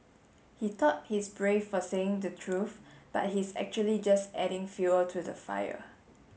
he thought he's brave for saying the truth but he's actually just adding fuel to the fire